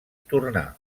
tornà